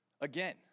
again